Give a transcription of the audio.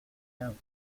out